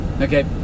Okay